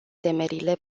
temerile